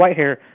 Whitehair